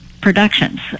productions